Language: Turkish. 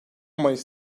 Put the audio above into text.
mayıs